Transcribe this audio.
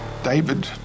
David